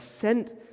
sent